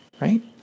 Right